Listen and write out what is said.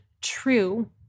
true